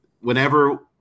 Whenever